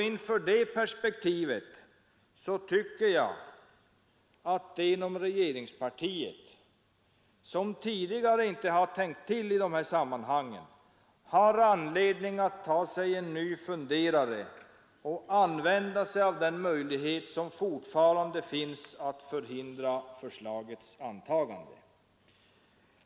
Inför det perspektivet tycker jag att de inom regeringspartiet som tidigare inte har ”tänkt till” i de här sammanhangen har all anledning att ta sig en ny funderare och använda sig av den möjlighet som fortfarande finns att förhindra förslagets antagande.